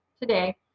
today